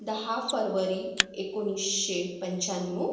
दहा फरवरी एकोणीसशे पंचाण्णव